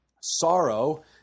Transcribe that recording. sorrow